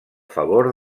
favor